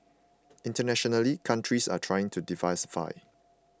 internationally countries are trying to diversify